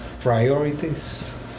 priorities